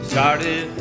Started